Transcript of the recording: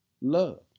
love